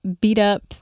beat-up